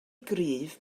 gryf